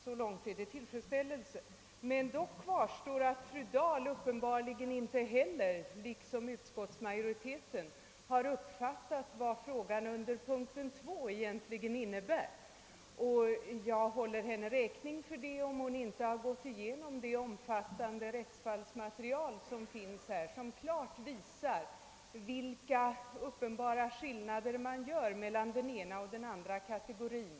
Så långt är utvecklingen tillfredsställande. Dock kvarstår det förhållandet att fru Dahl uppenbarligen inte heller — liksom utskottsmajoriteten — har uppfattat vad frågan under punkten B 2 egentligen innebär. Jag vill gärna hålla henne räkning för om hon inte har gått igenom det omfattande rättsfallsmaterial som finns i detta sammanhang och som klart visar vilka uppenbara skillnader man gör mellan den ena och den andra kategorin.